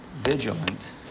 vigilant